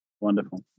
Wonderful